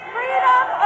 Freedom